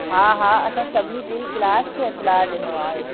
हा हा असां सभिनी पूरी क्लास खे इतिलाउ ॾिनो आहे